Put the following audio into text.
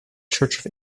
church